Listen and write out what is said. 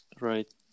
Right